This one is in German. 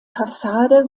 fassade